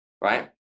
right